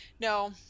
No